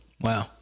Wow